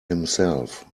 himself